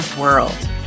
world